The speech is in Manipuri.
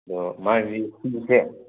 ꯑꯗꯣ ꯃꯥꯁꯤ ꯐꯤꯁꯦ